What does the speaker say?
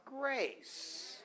grace